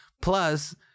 Plus